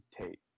tape